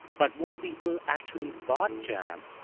but more people actually bought jam